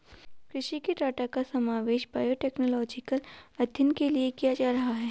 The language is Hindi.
कृषि के डाटा का समावेश बायोटेक्नोलॉजिकल अध्ययन के लिए किया जा रहा है